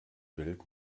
welt